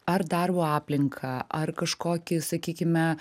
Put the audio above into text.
ar darbo aplinką ar kažkokį sakykime